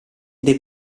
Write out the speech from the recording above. dei